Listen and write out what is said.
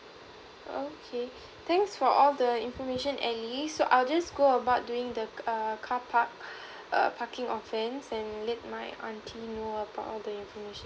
okay thanks for all the information ally so I'll just go about doing the err carpark a parking offence and let my auntie know about all the information